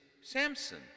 Samson